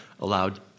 allowed